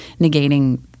negating